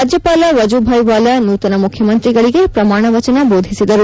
ರಾಜ್ಜಪಾಲ ವಜೂಭಾಯಿ ವಾಲಾ ನೂತನ ಮುಖ್ಯಮಂತ್ರಿಗಳಿಗೆ ಪ್ರಮಾಣ ವಚನ ಬೋಧಿಸಿದರು